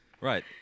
Right